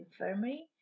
Infirmary